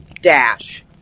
dash